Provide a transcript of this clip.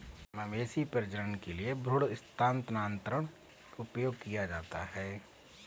मवेशी प्रजनन के लिए भ्रूण स्थानांतरण का उपयोग किया जाता है